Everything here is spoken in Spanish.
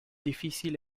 difícil